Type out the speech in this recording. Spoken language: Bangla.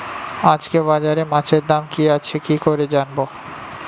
আজকে বাজারে মাছের দাম কি আছে কি করে জানবো?